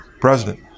president